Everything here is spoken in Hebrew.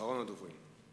אדוני היושב-ראש,